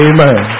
Amen